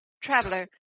traveler